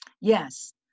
Yes